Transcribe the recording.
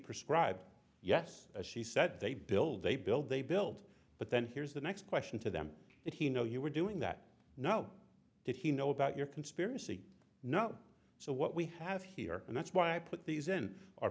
prescribed yes as she said they build they build they build but then here's the next question to them that he know you were doing that no did he know about your conspiracy not so what we have here and that's why i put these in our